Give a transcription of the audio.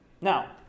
Now